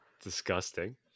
Disgusting